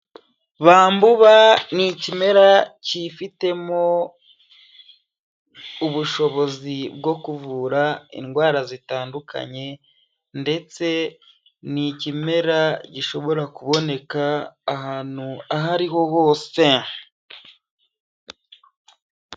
Bambuba ni ikimera cyifitemo ubushobozi bwo kuvura indwara zitandukanye ndetse ni ikimera gishobora kuboneka ahantu aho ariho hose.